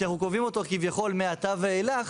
כי אנחנו קובעים אותו כביכול מעתה ואילך,